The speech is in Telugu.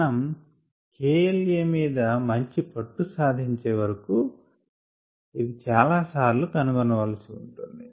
మనం KLaమీద మంచి పట్టు సాధించే వరకు ఇది చాలా సార్లు కనుగొనవలసి ఉంటుంది